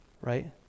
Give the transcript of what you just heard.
Right